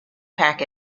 pack